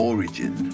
Origin